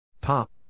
Pop